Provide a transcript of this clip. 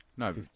No